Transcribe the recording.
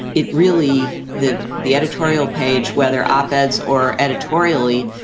it really the the editorial page, whether op ed or editorially,